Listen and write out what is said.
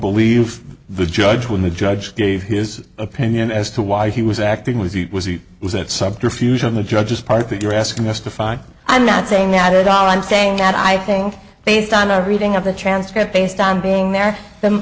believe the judge when the judge gave his opinion as to why he was acting was it was it was that subterfuge on the judge's part that you're asking us to find i'm not saying i did all i'm saying that i think based on a reading of the transcript based on being there the